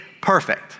perfect